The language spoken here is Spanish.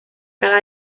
cada